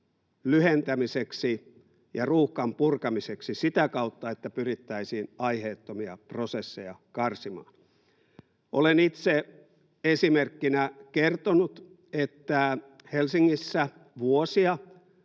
lyhentämiseksi ja ruuhkan purkamiseksi sitä kautta, että pyrittäisiin aiheettomia prosesseja karsimaan? Olen itse esimerkkinä kertonut, että Helsingissä vuosia